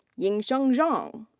yingsheng zhang.